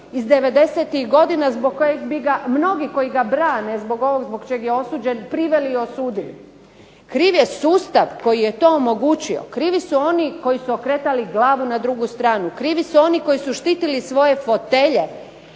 iz '90.-tih godina zbog kojeg bi ga mnogi koji ga brane zbog ovog zbog čeg je osuđen, priveli i osudili. Kriv je sustav koji je to omogućio, krivi su oni koji su okretali glavu na drugu stranu, krivi su oni koji su štitili svoje fotelje